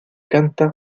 canta